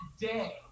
day